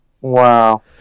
wow